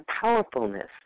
powerfulness